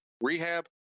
rehab